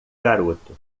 garoto